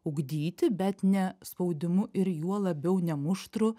ugdyti bet ne spaudimu ir juo labiau ne muštru